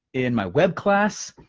in my web class,